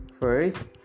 First